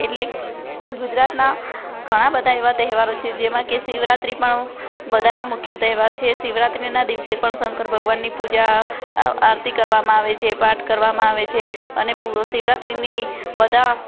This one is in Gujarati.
એટલે ગુજરાતના ઘણા બધા એવા તહેવારો છે જેમાં કે શિવરાત્રિ પણ બધાનો મુખ્ય તહેવાર છે શિવરાત્રિના દિવસે પણ શંકર ભગવાનની પૂજા આરતી કરવામાં આવે છે પાઠ કરવામાં આવે છે અને શિવરાત્રિની બધા